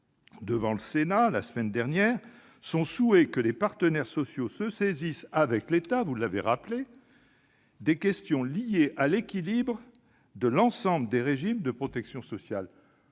devant le Sénat, la semaine dernière, son souhait que les partenaires sociaux se saisissent, avec l'État, « des questions liées à l'équilibre de l'ensemble des régimes de protection sociale